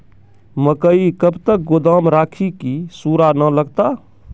मकई कब तक गोदाम राखि की सूड़ा न लगता?